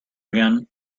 again